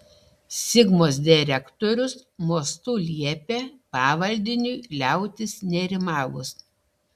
sigmos direktorius mostu liepė pavaldiniui liautis nerimavus